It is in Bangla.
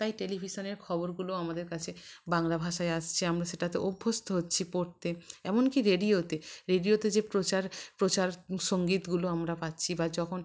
তাই টেলিভিশানের খবরগুলো আমাদের কাছে বাংলা ভাষায় আসছে আমরা সেটাতে অভ্যস্ত হচ্ছি পড়তে এমন কি রেডিওতে রেডিওতে যে প্রচার প্রচার সঙ্গীতগুলো আমরা পাচ্ছি বা যখন